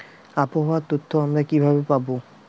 আবহাওয়ার তথ্য আমরা কিভাবে পাব?